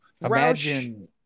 Imagine